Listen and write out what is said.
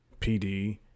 PD